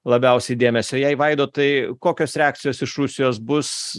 labiausiai dėmesio jei vaidotai kokios reakcijos iš rusijos bus